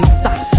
stop